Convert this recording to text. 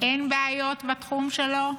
אין בעיות בתחום שלו?